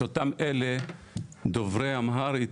את אותם דוברי אמהרית.